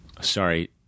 Sorry